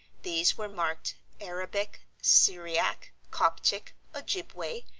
these were marked, arabic, syriac, coptic, ojibway,